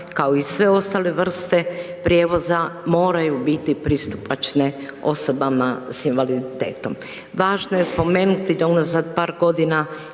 kao i sve ostale vrste prijevoza moraju biti pristupačne osobama sa invaliditetom. Važno je spomenuti da unazad par godina